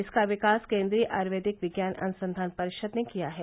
इसका विकास केन्द्रीय आयुर्वेदिक विज्ञान अनुसंधान परिषद ने किया है